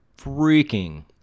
freaking